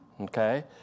Okay